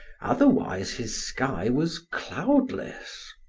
otherwise his sky was cloudless.